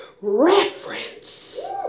reference